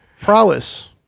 Prowess